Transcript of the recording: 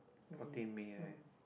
fourteen May right